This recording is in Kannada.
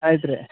ಆಯ್ತು ರೀ